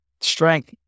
strength